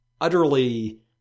utterly